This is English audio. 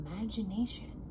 imagination